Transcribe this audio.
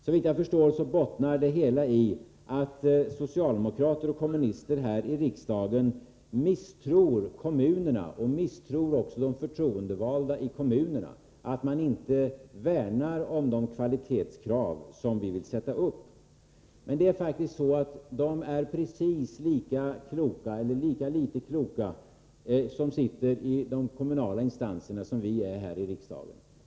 Såvitt jag förstår bottnar det hela i att socialdemokrater och kommunister här i riksdagen misstror kommunerna och även de förtroendevalda i kommunerna när det gäller att värna om de kvalitetskrav som vi vill sätta upp. Men de som sitter i de kommunala instanserna är faktiskt precis lika kloka eller lika litet kloka som vi är här i riksdagen.